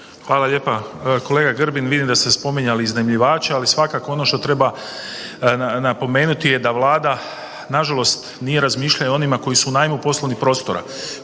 Hvala lijepa. Kolega Grbin vidim ste spominjali iznajmljivače, ali svakako ono što treba napomenuti je da Vlada nažalost nije razmišljala o onima koji su u najmu poslovnih prostora,